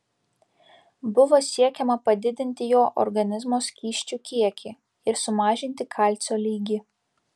buvo siekiama padidinti jo organizmo skysčių kiekį ir sumažinti kalcio lygį